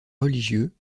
religieux